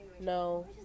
no